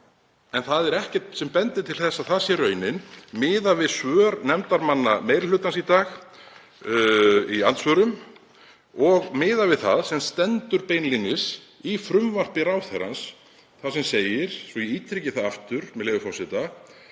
En það er ekkert sem bendir til þess að það sé raunin miðað við svör nefndarmanna meiri hlutans í dag í andsvörum og miðað við það sem stendur beinlínis í frumvarpi ráðherrans þar sem segir, svo ég ítreki það aftur, með leyfi forseta: